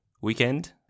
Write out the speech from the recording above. weekend